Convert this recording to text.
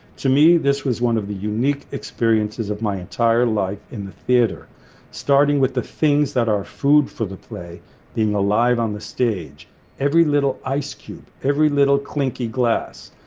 to me this was one of the unique experiences of my entire life in the theater starting with the things that are food for the play being alive on the stage every little ice cube every little clinking glass.